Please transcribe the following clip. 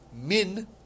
min